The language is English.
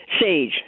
Sage